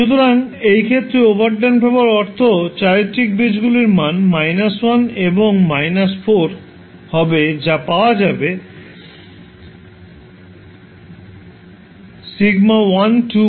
সুতরাং এই ক্ষেত্রে ওভারড্যাম্পড হওয়ার অর্থ চারিত্রিক বীজগুলির মান 1 এবং 4 হবে যা পাওয়া যাবে সূত্র থেকে